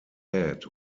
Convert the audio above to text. head